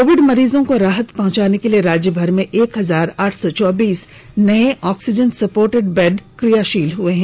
Covid मरीजों को राहत पहुंचाने के लिए राज्य भर में एक हजार आठ सौ चौबीस नए ऑक्सीजन सपोर्टेड बेड क्रियाशील हुए हैं